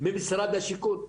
ממשרד השיכון.